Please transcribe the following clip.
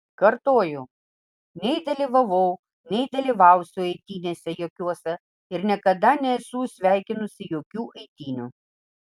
kartoju nei dalyvavau nei dalyvausiu eitynėse jokiose ir niekada nesu sveikinusi jokių eitynių